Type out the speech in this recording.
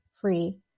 free